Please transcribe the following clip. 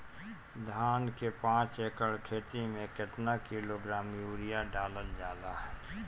धान के पाँच एकड़ खेती में केतना किलोग्राम यूरिया डालल जाला?